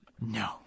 No